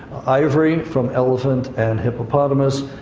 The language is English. ivory from elephant and hippopotamus.